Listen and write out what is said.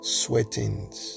sweatings